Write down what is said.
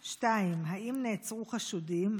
2. האם נעצרו חשודים?